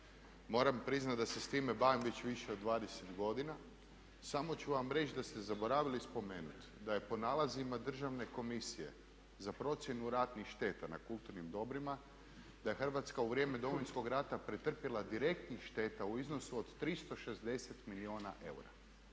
Moram priznati da se s time bavim već više od 20 godina. Samo ću vam reći da ste zaboravili spomenuti da je po nalazima Državne komisije za procjenu ratnih šteta na kulturnim dobrima, da je Hrvatska u vrijeme Domovinskog rata pretrpila direktnih šteta u iznosu od 360 milijuna eura,